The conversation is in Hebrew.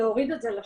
להוריד את זה לשטח.